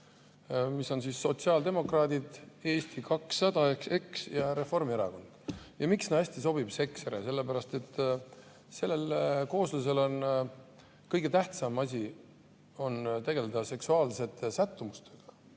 See on sotsiaaldemokraadid, Eesti 200, eks, ja Reformierakond. Ja miks sinna hästi sobib SEKSRE? Sellepärast et sellel kooslusel on kõige tähtsam asi tegeleda seksuaalsete sättumustega